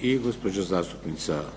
**Šeks, Vladimir